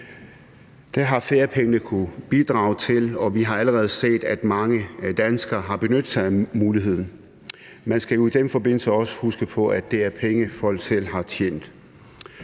Det har feriepengene kunnet bidrage til, og vi har allerede set, at mange danskere har benyttet sig af muligheden. Man skal jo i den forbindelse også huske på, at det er penge, folk selv har tjent.